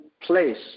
place